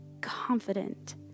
confident